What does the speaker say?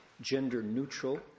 gender-neutral